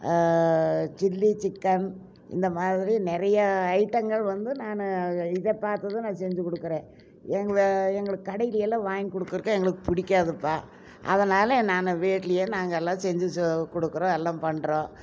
chilli chicken இந்த மாதிரி நிறையா ஐட்டங்கள் வந்து நான் இதை பார்த்து தான் நான் செஞ்சுக் கொடுக்கறேன் எங்களை எங்களுக்கு கடையில் எல்லாம் வாங்கி கொடுக்கறக்கு எங்களுக்கு பிடிக்காதுப்பா அதனால நான் வீட்டிலையே நாங்கெல்லாம் செஞ்சுக் சொ கொடுக்கறோம் எல்லாம் பண்றோம்